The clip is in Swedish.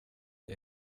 det